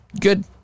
good